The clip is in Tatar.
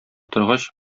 торгач